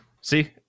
See